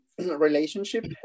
relationship